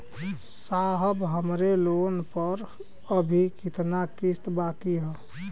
साहब हमरे लोन पर अभी कितना किस्त बाकी ह?